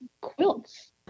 quilts